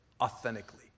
authentically